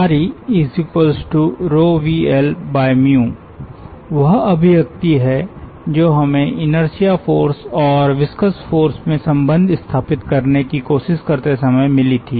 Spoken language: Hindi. ReVLवह अभिव्यक्ति है जो हमें इनर्शिया फ़ोर्स और विस्कस फ़ोर्स में संबंध स्थापित करने की कोशिश करते समय मिली थी